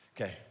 Okay